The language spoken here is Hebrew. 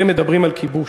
אתם מדברים על כיבוש.